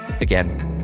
again